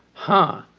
huh.